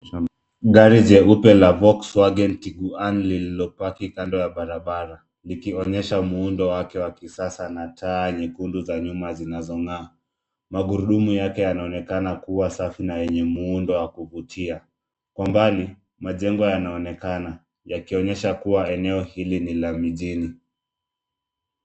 Gari jeupe la Volkswagen Tiguan lililopaki kando ya barabara, likionyesha muundo wake wa kisasa na taa nyekundu za nyuma zinazong'aa. Magurudumu yake yanaonekana kuwa safi na yenye muundo wa kuvutia. Kwa mbali majengo yanaonekana yakionyesha kuwa eneo hili ni la mijini.